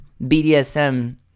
BDSM